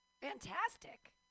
Fantastic